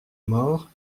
mort